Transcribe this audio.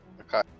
Okay